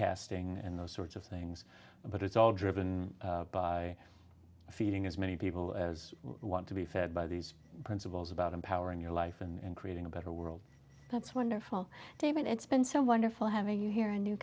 casting and those sorts of things but it's all driven by feeding as many people as want to be fed by these principles about empowering your life and creating a better world that's wonderful david it's been so wonderful having you here a new